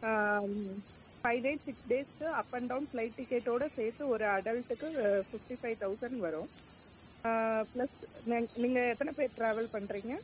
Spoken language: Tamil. ஃபைவ் டேஸ் சிக்ஸ் டேஸ்க்கு அப் அண்ட் டவுன் ஃப்ளைட் டிக்கெட்டோட சேர்த்து ஒரு அடல்ட்டுக்கு ஃபிஃப்ட்டி ஃபைவ் தௌசண்ட் வரும் ப்ளஸ் ந நீங்கள் எத்தனை பேர் ட்ராவல் பண்ணுறிங்க